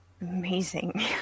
amazing